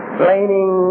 blaming